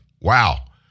Wow